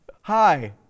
Hi